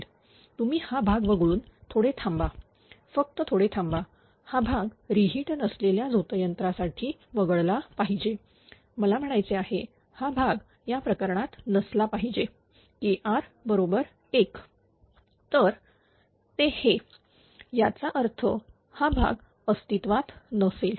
तुम्ही हा भाग वगळून थोडे थांबा फक्त थोडे थांबा हा भाग रि हिट नसलेल्या झोतयंत्रासाठी वगळला पाहिजे मला म्हणायचे आहे हा भाग या प्रकरणात नसला पाहिजे Kr बरोबर 1 तर ते हे याचा अर्थ हा भाग अस्तित्वात नसेल